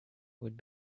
would